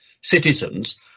citizens